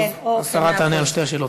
ואז השרה תענה על שתי השאלות,